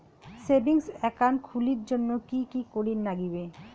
Savings account খুলির জন্যে কি কি করির নাগিবে?